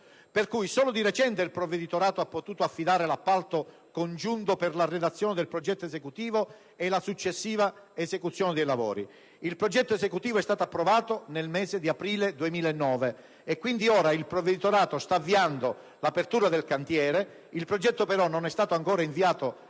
per cui solo di recente il Provveditorato ha potuto affidare l'appalto congiunto per la redazione del progetto esecutivo e la successiva esecuzione dei lavori. Il progetto esecutivo è stato approvato nel mese di aprile 2009 e quindi ora il Provveditorato sta avviando l'apertura del cantiere. Il progetto però non è stato ancora inviato